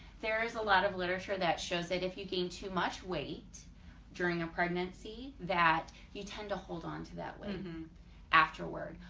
there is a lot of literature that shows that if you gain too much weight during a pregnancy that you tend to hold on to that woman's and afterward,